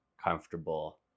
comfortable